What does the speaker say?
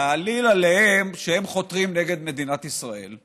להעליל עליהם שהם חותרים נגד מדינת ישראל.